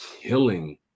killing